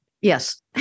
Yes